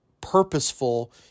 purposeful